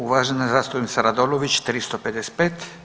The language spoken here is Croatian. uvažena zastupnica Radolović 325.